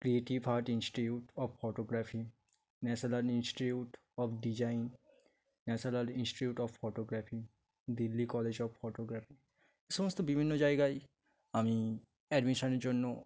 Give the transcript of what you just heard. creative art institute of photography national institute of design national institute of photography Delhi college of photography এ সমস্ত বিভিন্ন জায়গায় আমি অ্যাডমিশনের জন্য